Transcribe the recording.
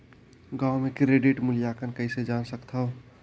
गांव म क्रेडिट मूल्यांकन कइसे जान सकथव?